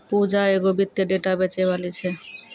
पूजा एगो वित्तीय डेटा बेचैबाली छै